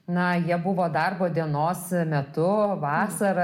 na jie buvo darbo dienos metu vasarą